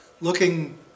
looking